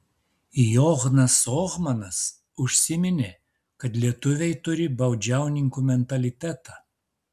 johnas ohmanas užsiminė kad lietuviai turi baudžiauninkų mentalitetą